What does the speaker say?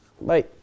Bye